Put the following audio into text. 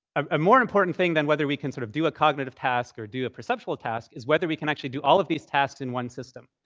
ah a more important thing than whether we can sort of do a cognitive task or do a perceptual task is whether we can actually do all of these tasks in one system.